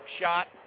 shot